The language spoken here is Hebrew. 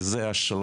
כי זה השלב